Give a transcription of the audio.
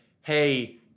hey